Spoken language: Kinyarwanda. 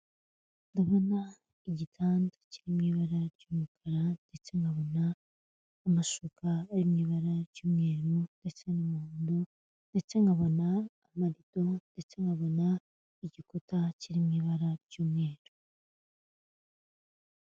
Ndabona igitanda kiri mu ibara ry'umukara, ndetse nkabona amashuka ari mu ibara ry'umweru ndetse n'umuhondo, ndetse nkabona mamarido, ndetse nkabona igikuta kiri mu ibara ry'umweru.